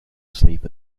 asleep